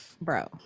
bro